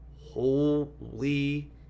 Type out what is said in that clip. Holy